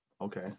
okay